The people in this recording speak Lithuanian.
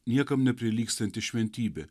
niekam neprilygstanti šventybė